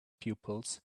pupils